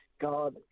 God